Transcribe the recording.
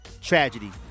tragedy